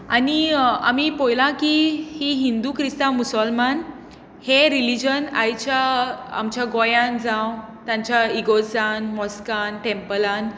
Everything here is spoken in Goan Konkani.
आनी आमी पोयलां की हीं हिंदू क्रिस्तांव मुसोलमान हे रिलीजन आयच्या आमच्या गोंयांत जावं तांच्या इगोर्जांत मॉस्कांत टॅम्पलांत